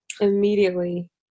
immediately